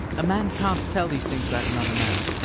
a man can't tell these things about another man!